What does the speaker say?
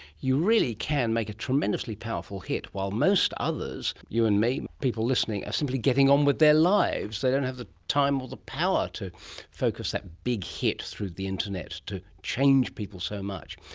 you really can make a tremendously powerful hit, while most others, you and me, people listening, are simply getting on with their lives, they don't have the time or the power to focus that big hit through the internet, to change people so much.